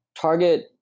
target